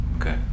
Okay